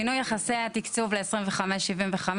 שינוי יחסי התקצוב 25-75,